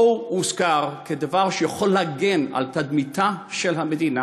לא הוזכר כדבר שיכול להגן על תדמיתה של המדינה